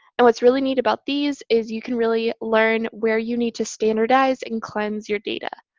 and what's really neat about these is you can really learn where you need to standardize and cleanse your data.